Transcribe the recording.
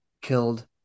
killed